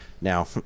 Now